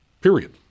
Period